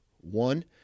one